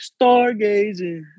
stargazing